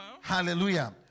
hallelujah